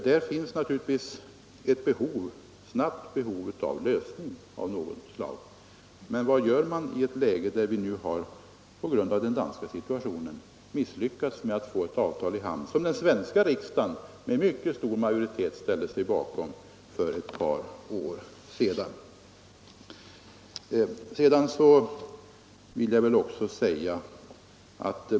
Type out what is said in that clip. Där finns naturligtvis ett behov av en snabb lösning av något slag, men vad gör man i ett läge där man, på grund av den danska situationen, har misslyckats med att få det avtal i hamn som den svenska riksdagen med mycket stor majoritet ställde sig bakom för ett par år sedan?